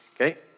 Okay